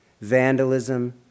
vandalism